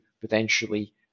potentially